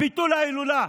ביטול ההילולה.